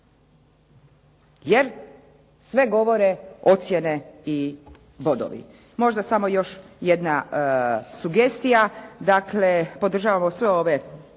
Jer sve govore ocjene i bodovi. Možda samo još jedna sugestija. Dakle, podržavamo sve ove